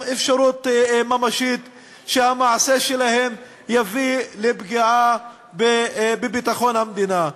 אפשרות ממשית שהמעשה שלהם יביא לפגיעה בביטחון המדינה.